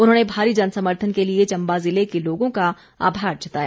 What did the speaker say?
उन्होंने भारी जनसमर्थन के लिए चम्बा ज़िले के लोगों का आभार जताया